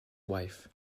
wife